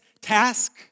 task